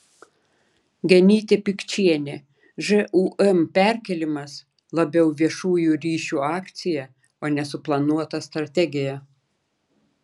genytė pikčienė žūm perkėlimas labiau viešųjų ryšių akcija o ne suplanuota strategija